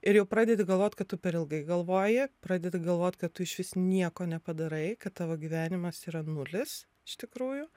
ir jau pradedi galvot kad tu per ilgai galvoji pradedi galvot kad tu išvis nieko nepadarai kad tavo gyvenimas yra nulis iš tikrųjų